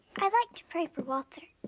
i like to pray for walter.